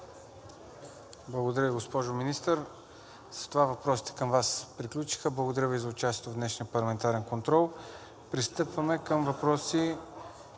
Благодаря, госпожо Министър. С това въпросите към Вас приключиха. Благодаря Ви за участието в днешния парламентарен контрол. Пристъпваме към въпроси